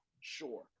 sure